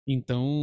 Então